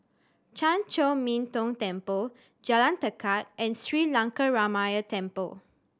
Chan Chor Min Tong Temple Jalan Tekad and Sri Lankaramaya Temple